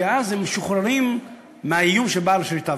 כי אז הם משוחררים מהאיום של בעל השליטה,